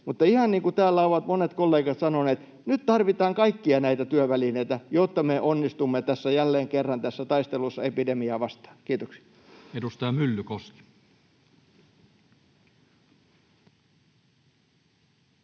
Ihan niin kuin täällä ovat monet kollegat sanoneet: nyt tarvitaan kaikkia näitä työvälineitä, jotta me onnistumme jälleen kerran tässä taistelussa epidemiaa vastaan. — Kiitoksia. Edustaja Myllykoski.